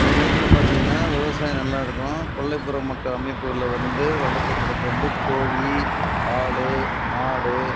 எங்கஇடத்துல பார்த்தீங்கனா விவசாயம் நல்லாருக்கும் கொல்லை புற மக்கள் அமைப்புகளில் வந்து வளர்க்கப்படுகிறது வந்து கோழி ஆடு மாடு